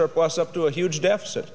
surplus up to a huge deficit